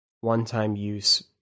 one-time-use